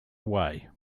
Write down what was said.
away